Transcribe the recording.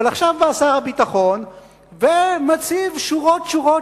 אבל עכשיו בא שר הביטחון ומציב שורות שורות